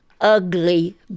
ugly